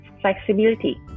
flexibility